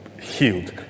healed